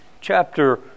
chapter